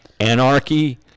anarchy